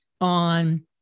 on